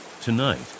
tonight